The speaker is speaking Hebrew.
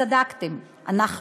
צדקתם, אנחנו.